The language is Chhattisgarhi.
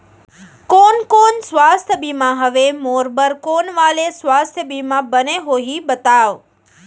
कोन कोन स्वास्थ्य बीमा हवे, मोर बर कोन वाले स्वास्थ बीमा बने होही बताव?